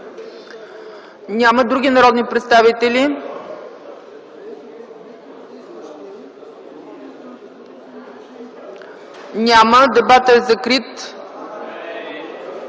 Няма. Други народни представители? Няма. Дебатът е закрит.